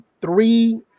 three